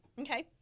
okay